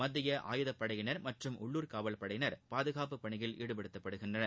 மத்திய ஆயுதப்படையினர் மற்றும் உள்ளுர் காவல் படையினர் பாதுகாப்பு பணியில் ஈடுபடுத்தப்படுகிறார்கள்